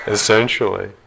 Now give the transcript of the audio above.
essentially